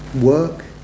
work